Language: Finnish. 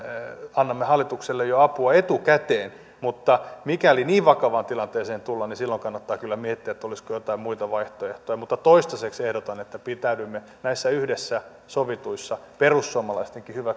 annamme hallitukselle jo apua etukäteen mutta mikäli niin vakavaan tilanteeseen tullaan niin silloin kannattaa kyllä miettiä olisiko joitain muita vaihtoehtoja mutta toistaiseksi ehdotan että pitäydymme näissä yhdessä sovituissa perussuomalaistenkin